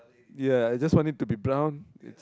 ya just want it to be brown its